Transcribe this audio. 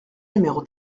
numéro